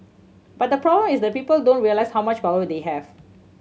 but the problem is that people don't realise how much power they have